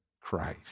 Christ